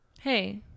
Hey